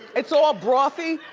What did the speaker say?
it's all brothy.